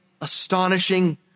astonishing